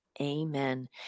Amen